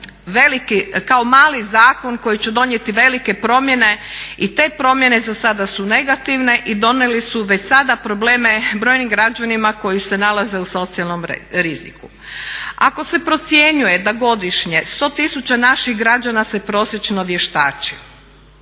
kao mali zakon koji će donijeti velike promjene i te promjene zasada su negativne i donijele su već sada probleme brojnim građanima koji se nalaze u socijalnom riziku. Ako se procjenjuje da godišnje 100 tisuća naših građana se prosječno vještači